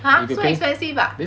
!huh! so expensive ah